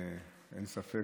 אין לי ספק,